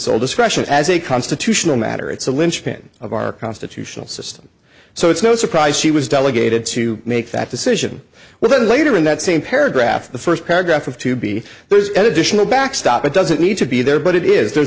sole discretion as a constitutional matter it's a linchpin of our constitutional system so it's no surprise she was delegated to make that decision well then later in that same paragraph the first paragraph of to be there's an additional backstop it doesn't need to be there but it is there